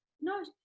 No